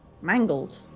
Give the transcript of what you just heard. Mangled